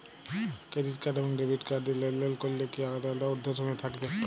Credit card এবং debit card দিয়ে লেনদেন করলে কি আলাদা আলাদা ঊর্ধ্বসীমা থাকবে?